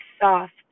soft